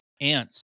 ants